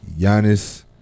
Giannis